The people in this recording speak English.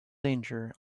danger